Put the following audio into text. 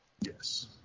Yes